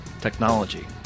technology